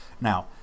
Now